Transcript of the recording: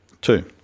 Two